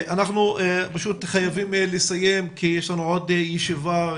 אנחנו חייבים לסיים כי יש לנו עוד ישיבה.